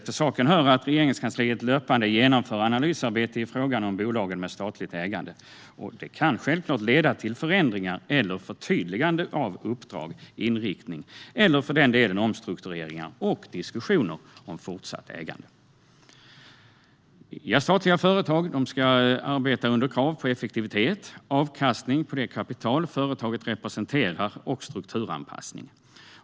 Till saken hör att Regeringskansliet löpande genomför analysarbete i fråga om bolag med statligt ägande, och detta kan självfallet leda till förändringar eller förtydligande av uppdrag eller inriktning eller för den delen till omstruktureringar och diskussioner om fortsatt ägande. Statliga företag ska arbeta under krav på effektivitet, avkastning på det kapital som företaget representerar och strukturanpassning.